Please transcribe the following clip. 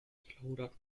plaudert